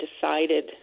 decided